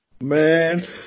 Man